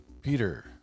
Peter